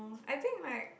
I think my